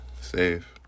Safe